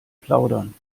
plaudern